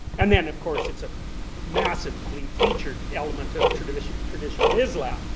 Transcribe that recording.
and then of course it's a massively featured element of traditional traditional islam.